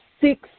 six